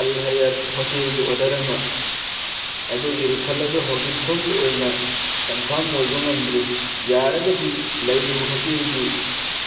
ꯑꯜ ꯍꯌꯥꯠ ꯍꯣꯇꯦꯜꯒꯤ ꯑꯣꯔꯗꯔ ꯑꯃ ꯑꯗꯨꯒꯤ ꯔꯤꯐꯟ ꯑꯗꯨ ꯍꯧꯖꯤꯛꯐꯧꯒꯤ ꯑꯣꯏꯅ ꯀꯟꯐꯥꯝ ꯑꯣꯏꯕ ꯉꯝꯗ꯭ꯔꯤ ꯌꯥꯔꯒꯗꯤ ꯂꯩꯔꯤꯕ ꯍꯣꯇꯦꯜꯒꯤ